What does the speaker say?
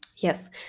Yes